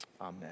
Amen